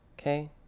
okay